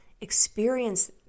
experience